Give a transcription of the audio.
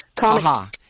Ha-ha